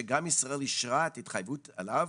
שגם ישראל אישרה את ההתחייבות אליו,